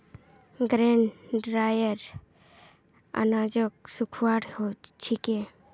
grain dryer अनाजक सुखव्वार छिके